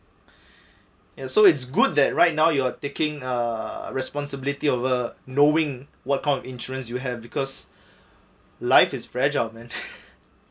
and so it's good that right now you're taking uh responsibility of uh knowing what kind of insurance you have because life is fragile man